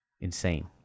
Insane